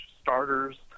starters